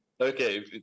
Okay